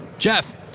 Jeff